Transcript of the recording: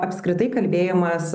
apskritai kalbėjimas